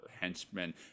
henchmen